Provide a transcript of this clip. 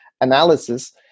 analysis